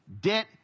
debt